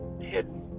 hidden